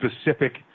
specific